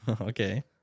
Okay